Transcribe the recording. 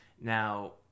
Now